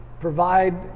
provide